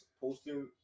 posting